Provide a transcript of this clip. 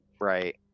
Right